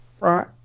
Right